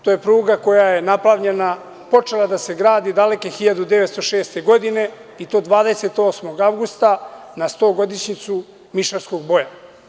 To je pruga koja je napravljena odnosno počela da se gradi daleke 1906. godine i to 28. avgusta na stogodišnjicu Mišarskog boja.